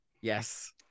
yes